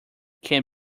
can